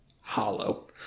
hollow